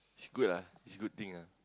is good ah is good thing ah